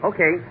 Okay